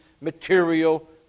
material